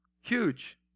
Huge